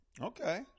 Okay